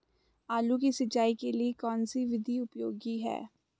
आलू की सिंचाई के लिए कौन सी विधि उपयोगी है?